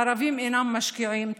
הערבים אינם משקיעים טוב.